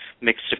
mixed